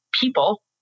people